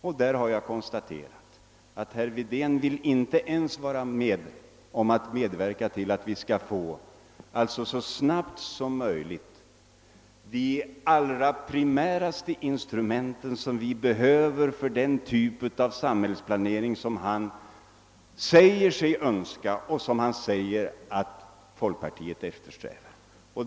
Jag konstaterar emellertid att herr Wedén inte ens vill vara med om att medverka till att vi så snabbt som möjligt skall få de mest primära instrument vi behöver för den typ av samhällsplanering som han säger att han själv och folkpartiet eftersträvar.